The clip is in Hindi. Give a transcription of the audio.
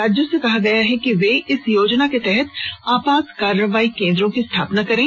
राज्यों से कहा गया है कि वे इस योजना के तहत आपात कार्रवाई केन्द्रों की स्थापना करें